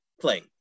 play